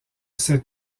ces